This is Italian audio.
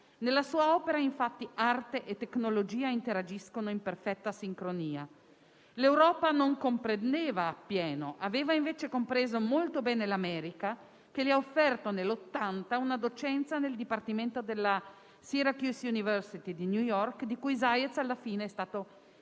Nella sua opera, infatti, arte e tecnologia interagiscono in perfetta sincronia. L'Europa non comprendeva appieno, aveva invece compreso molto bene l'America, che gli ha offerto nel 1980 una docenza nel dipartimento della Syracuse University di New York di cui Zajec alla fine è stato